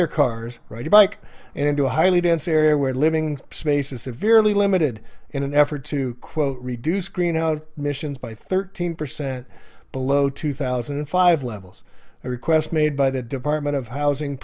their cars right a bike into a highly dense area where living space is severely limited in an effort to quote reduce greenhouse emissions by thirteen percent below two thousand and five levels a request made by the department of housing